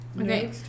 Okay